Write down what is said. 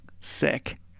Sick